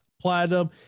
Platinum